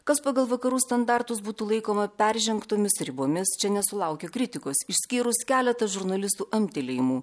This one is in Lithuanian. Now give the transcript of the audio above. kas pagal vakarų standartus būtų laikoma peržengtomis ribomis čia nesulaukė kritikos išskyrus keletą žurnalistų amtelėjimų